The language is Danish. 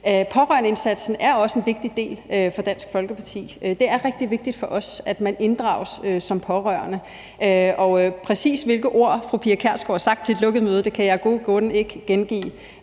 Pårørendeindsatsen er også en vigtig del for Dansk Folkeparti. Det er rigtig vigtigt for os, at man inddrages som pårørende. Præcis hvilke ord fru Pia Kjærsgaard har sagt på et lukket møde, kan jeg af gode